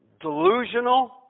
delusional